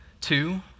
Two